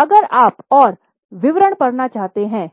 अगर आप और विवरण पढ़ना चाहते हैं